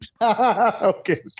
Okay